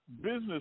business